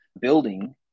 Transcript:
building